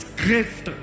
gift